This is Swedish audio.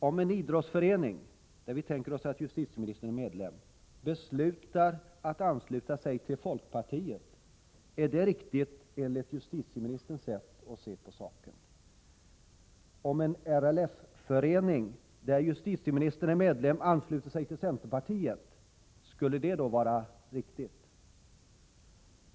Om en idrottsförening, där vi tänker oss att justitieministern är medlem, beslutar att ansluta sig till folkpartiet, är det riktigt enligt justitieministerns sätt att se på saken? Om en LRF-förening, där justitieministern är medlem, ansluter sig till centerpartiet, skulle det då vara riktigt?